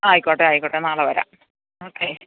ആയിക്കോട്ടെ ആയിക്കോട്ടെ നാളെ വരാം ഓക്കെ